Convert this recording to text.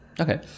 Okay